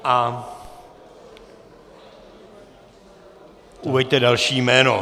A uveďte další jméno.